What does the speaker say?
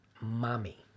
mommy